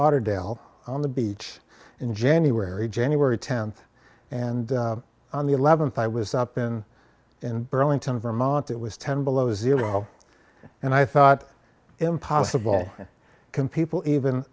lauderdale on the beach in january january tenth and on the eleventh i was up in burlington vermont it was ten below zero and i thought impossible can people even